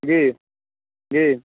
जी जी